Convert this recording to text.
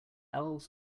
elves